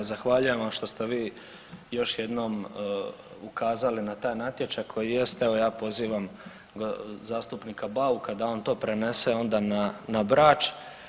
Evo zahvaljujem vam što ste vi još jednom ukazali na taj natječaj koji jeste, evo ja pozivam zastupnika Bauka da on to prenese onda na Brač.